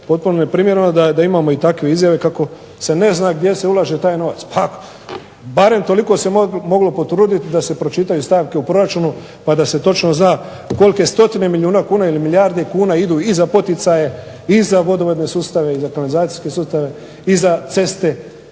potpuno neprimjereno da imamo i takve izjave kako se ne zna gdje se ulaže taj novac. Pa barem toliko se moglo potruditi da se pročitaju stavke u proračunu pa da se točno zna kolike stotine milijuna kuna ili milijarde kuna idu i za poticaje i za vodovodne sustave i za kanalizacijske sustave i za ceste